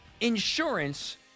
insurance